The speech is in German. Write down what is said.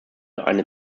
eine